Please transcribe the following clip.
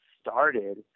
started